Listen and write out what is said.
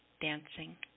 dancing